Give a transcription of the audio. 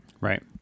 Right